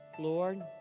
Lord